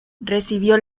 recibió